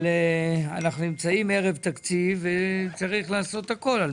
אבל אנחנו נמצאים ערב תקציב וצריך לעשות הכל על